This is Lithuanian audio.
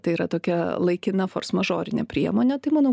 tai yra tokia laikina fors mažorinė priemonė tai manau